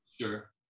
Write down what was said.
sure